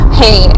hey